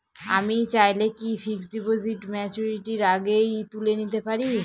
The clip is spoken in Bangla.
আমি চাইলে কি ফিক্সড ডিপোজিট ম্যাচুরিটির আগেই তুলে নিতে পারি?